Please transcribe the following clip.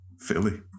Philly